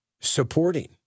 supporting